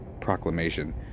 proclamation